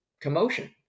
commotion